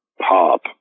pop